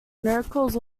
miracles